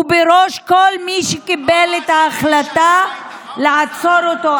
בראש כל מי שקיבל את ההחלטה לעצור אותו.